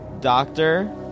doctor